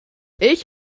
ich